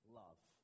love